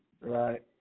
right